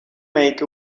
make